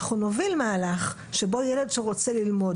אנחנו נוביל מהלך שבו אם ילד רוצה ללמוד